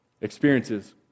experiences